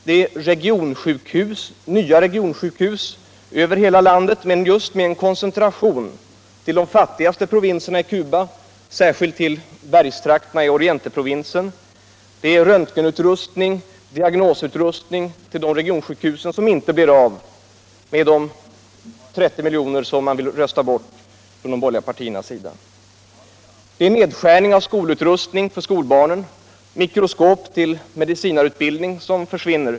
Det är nya regionsjukhus över hela landet, men med koncentration till de fattigaste provinserna i Cuba, särskilt till bergstrakterna i Orienteprovinsen. Det är röntgenutrustning och diagnosutrustning till de sjukhusen som inte kan anskaffas på grund av att man från mittenpartiernas sida vill rösta bort 30 milj.kr. Det blir nedskärning av skolutrustning för skolbarnen, mikroskop till medicinarutbildning försvinner.